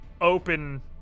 open